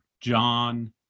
john